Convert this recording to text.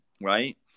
right